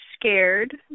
scared